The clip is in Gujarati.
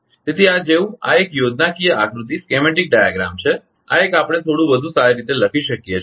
તેથી આ જેવું આ એક યોજનાકીય આકૃતિ છે આ એક આપણે થોડૂં વધુ સારી રીતે લખી શકીએ છીએ